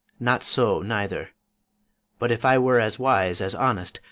not so, neither but if i were as wise as honest,